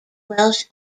welsh